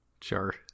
Sure